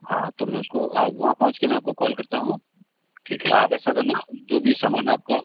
हाँ तो मैं उसको वहाँ पहुँच के मैं आपको कॉल करता हूँ ठीक है आप ऐसा करना जो भी सामान आपका